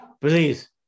Please